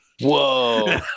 Whoa